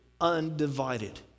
undivided